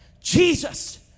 Jesus